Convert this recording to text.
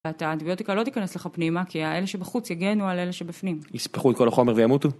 את האנטיביוטיקה לא תיכנס לך פנימה, כי אלה שבחוץ יגינו על אלה שבפנים. יספחו את כל החומר וימותו.